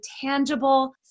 tangible